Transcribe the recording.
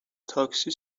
تاکسی